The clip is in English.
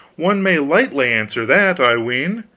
one may lightly answer that, i ween.